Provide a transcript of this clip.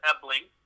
Ebling